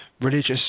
religious